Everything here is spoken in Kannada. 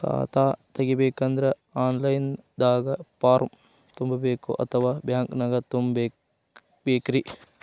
ಖಾತಾ ತೆಗಿಬೇಕಂದ್ರ ಆನ್ ಲೈನ್ ದಾಗ ಫಾರಂ ತುಂಬೇಕೊ ಅಥವಾ ಬ್ಯಾಂಕನ್ಯಾಗ ತುಂಬ ಬೇಕ್ರಿ?